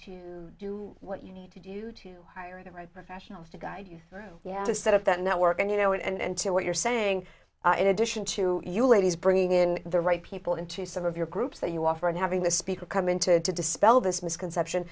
to do what you need to do to hire the right professionals to guide you to set up that network and you know and to what you're saying in addition to you ladies bringing in the right people into some of your groups that you offer and having the speaker come into to dispel this misconception